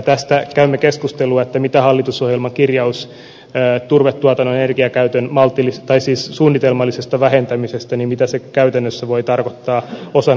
tästä käymme keskustelua mitä hallitusohjelman kirjaus turvetuotannon energiakäytön suunnitelmallisesta vähentämisestä käytännössä voi tarkoittaa osana tätä suostrategiaa